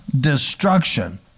destruction